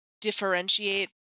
differentiate